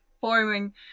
forming